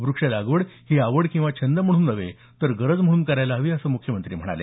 व्रक्षलागवड ही आवड किंवा छंद म्हणून नव्हे तर गरज म्हणून करायला हवी असं म्ख्यमंत्री म्हणाले